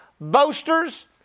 boasters